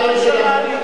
החינוך,